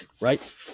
right